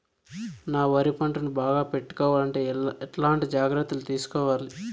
నా వరి పంటను బాగా పెట్టుకోవాలంటే ఎట్లాంటి జాగ్రత్త లు తీసుకోవాలి?